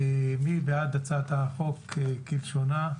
מי בעד הצעת החוק כלשונה?